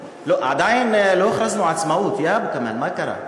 עדיין לא הכרזנו עצמאות, יא אבו כמאל, מה קרה?